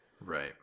Right